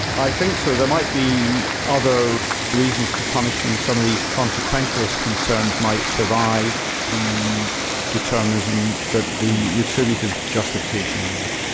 i think so. there might be other reasons to punish them. some of these consequentionalist concerns might survive the determinism, but the retributive justification wouldn't.